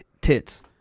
tits